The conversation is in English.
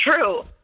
true